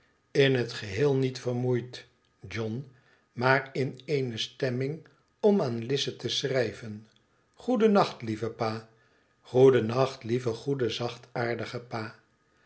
in het geheel niet vermoeid john maar in eene stemming om aan lize te schrijven goedennacht lieve pa goedennacht lieve goede zachtaardige pa